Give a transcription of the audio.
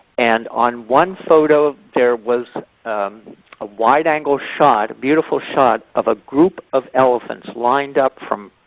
and on one photo there was a wide angle shot, a beautiful shot of a group of elephants lined up from